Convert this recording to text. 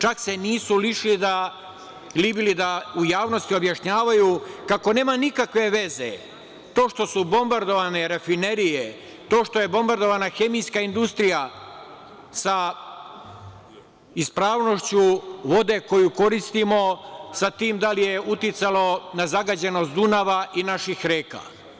Čak se nisu libili da u javnosti objašnjavaju kako nema nikakve veze to što su bombardovane rafinerije, to što je bombardovana hemijska industrija sa ispravnošću vode koju koristimo, sa tim da li je uticalo na zagađenost Dunava i naših reka.